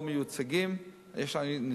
טיפלו, יש המון בעיות.